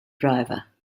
driver